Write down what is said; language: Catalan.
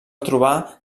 trobar